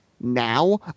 now